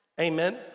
amen